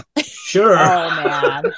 sure